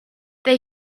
they